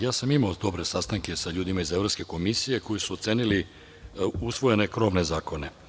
Imao sam dobre sastanke sa ljudima iz evropske komisije, koji su ocenili usvojene krovne zakone.